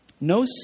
No